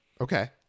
Okay